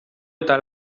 eta